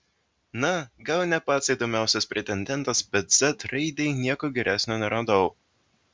na gal ne pats įdomiausias pretendentas bet z raidei nieko geresnio neradau